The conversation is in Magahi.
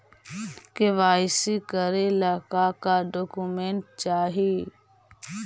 के.वाई.सी करे ला का का डॉक्यूमेंट चाही?